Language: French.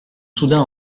soudain